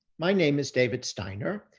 my name is david steiner.